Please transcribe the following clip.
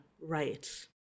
right